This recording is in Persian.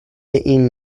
این